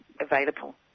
available